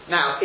Now